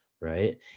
right